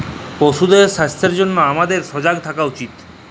পশুদের স্বাস্থ্যের জনহে হামাদের সজাগ থাকা উচিত